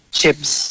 chips